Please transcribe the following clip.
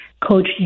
coach